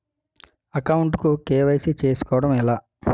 Account కు KYC చేసుకోవడం ఎలా?